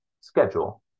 schedule